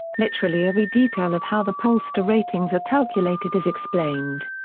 literally every detail of how the pollster ratings are calculated is explained.